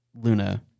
Luna